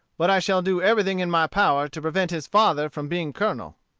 but i shall do everything in my power to prevent his father from being colonel.